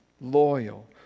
loyal